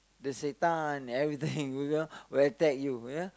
the Satan everything you know will attack you you know